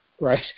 right